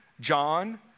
John